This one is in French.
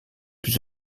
plus